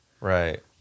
Right